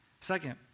Second